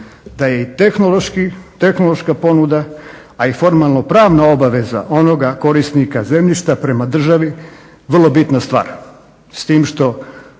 da je i tehnološka ponuda, a i formalno-pravna obaveza onoga korisnika zemljišta prema državi vrlo bitna stvar. S tim što